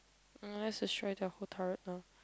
let's destroy their whole turret now